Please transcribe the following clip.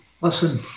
listen